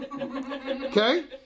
Okay